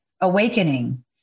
awakening